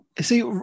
see